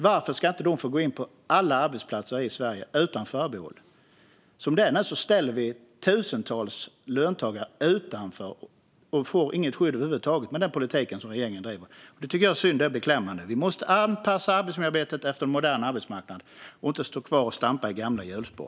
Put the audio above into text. Varför ska inte de få gå in på alla arbetsplatser i Sverige utan förbehåll? Som det är nu ställer vi tusentals löntagare utanför. De får inget skydd över huvud taget med den politik som regeringen driver. Det tycker jag är synd och beklämmande. Vi måste anpassa arbetsmiljöarbetet efter en modern arbetsmarknad och inte stå kvar och stampa i gamla hjulspår.